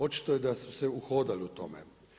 Očito je da su se uhodali u tome.